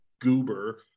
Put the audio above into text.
goober